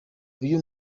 uyu